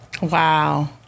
Wow